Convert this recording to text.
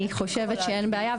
אני חושבת שאין בעיה,